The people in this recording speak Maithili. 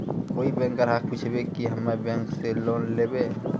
कोई बैंक ग्राहक पुछेब की हम्मे बैंक से लोन लेबऽ?